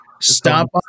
stop